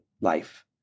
life